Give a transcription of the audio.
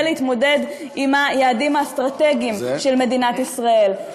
להתמודד עם היעדים האסטרטגיים של מדינת ישראל,